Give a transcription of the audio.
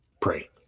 pray